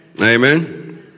Amen